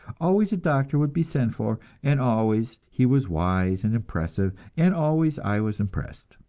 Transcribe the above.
always a doctor would be sent for, and always he was wise and impressive, and always i was impressed.